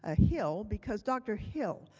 ah hill because dr. hill